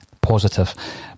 positive